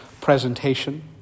presentation